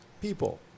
people